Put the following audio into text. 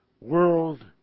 World